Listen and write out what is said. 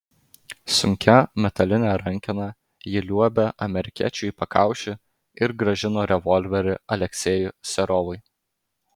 sunkia metaline rankena ji liuobė amerikiečiui į pakaušį ir grąžino revolverį aleksejui serovui